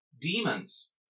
demons